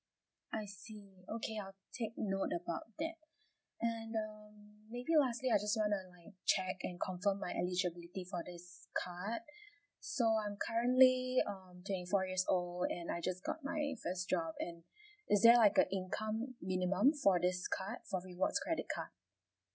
I see okay I'll take note about that and um maybe lastly I just want to like check and confirm my eligibility for this card so I'm currently um twenty four years old and I just got my first job and is there like a income minimum for this card for rewards credit card